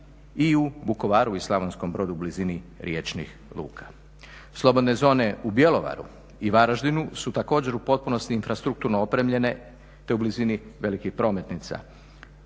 i u Vukovaru i Slavonskom Brodu u blizini riječnih luka. Slobodne zone u Bjelovaru i Varaždinu su također u potpunosti infrastrukturno opremljene te u blizini velikih prometnica.